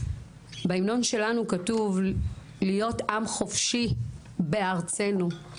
בהמנון שלנו כתוב להיות עם חופשי בארצנו,